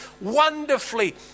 wonderfully